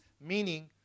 meaning